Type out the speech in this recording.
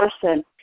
person